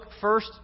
first